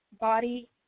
body